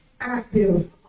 active